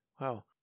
Wow